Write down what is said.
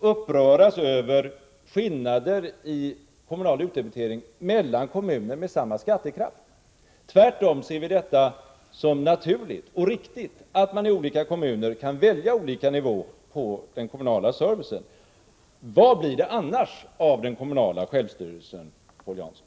uppröras över skillnader i kommunal utdebitering mellan kommuner med samma skattekraft. Vi ser det tvärtom som naturligt och riktigt att man i olika kommuner kan välja olika nivå på den kommunala servicen. Vad blir det annars av den kommunala självstyrelsen, Paul Jansson?